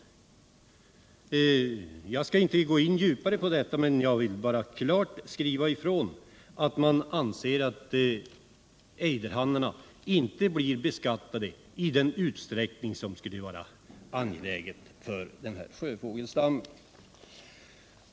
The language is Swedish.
Jag skall inte gå djupare in på detta, men jag vill understryka att man inte anser att ejderhannarna blir beskattade i den utsträckning som skulle behövas för sjöfågelstammen.